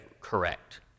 correct